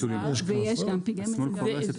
יש גם פגעי מזג אוויר.